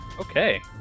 okay